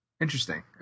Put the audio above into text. Interesting